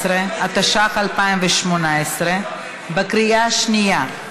17), התשע"ח 2018, בקריאה שנייה.